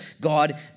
God